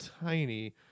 tiny